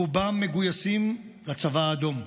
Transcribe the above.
רובם מגויסים לצבא האדום.